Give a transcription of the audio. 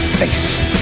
face